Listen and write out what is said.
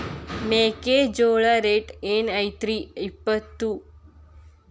ಮೆಕ್ಕಿಜೋಳ ರೇಟ್ ಏನ್ ಐತ್ರೇ ಇಪ್ಪತ್ತು?